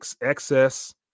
excess